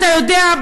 אתה יודע,